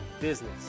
business